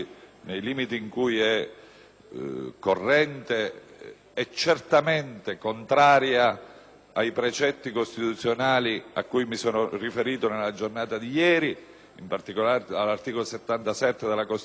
in cui è corrente, è certamente contraria ai precetti costituzionali a cui mi sono riferito nella giornata di ieri, in particolare all'articolo 77 della Costituzione, nonché a